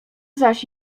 zaś